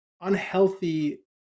unhealthy